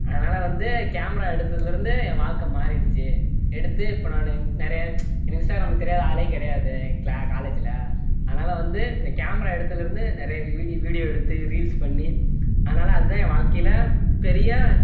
அதனால் வந்து கேமரா எடுத்ததுலேருந்து என் வாழ்க்கை மாறிடிச்சு எடுத்து இப்போ நான் நிறையா என்னை இன்ஸ்டாகிராமில் தெரியாத ஆள் கிடையாது எங்கள் காலேஜில் அதனால் வந்து இந்த கேமரா எடுத்ததுலேருந்து நிறையா வீடியோ எடுத்து ரீல்ஸ் பண்ணி அதனால் அதான் என் வாழ்க்கையில் பெரிய